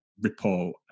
report